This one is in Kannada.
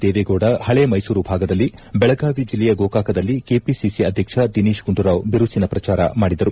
ದೇವೇಗೌಡ ಪಳೇ ಮೈಸೂರು ಭಾಗದಲ್ಲಿ ಬೆಳಗಾವಿ ಜಿಲ್ಲೆಯ ಗೋಕಾಕದಲ್ಲಿ ಕೆಪಿಟಿಸಿ ಅಧ್ವಕ್ಷ ದಿನೇತ್ ಗುಂಡೂರಾವ್ ಬಿರುಸಿನ ಪ್ರಚಾರ ಮಾಡಿದರು